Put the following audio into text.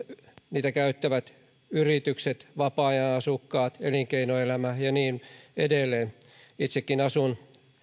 niitä käyttävät yritykset vapaa ajan asukkaat elinkeinoelämä ja niin edelleen itsekin asun